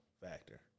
factor